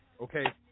Okay